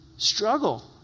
Struggle